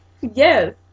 Yes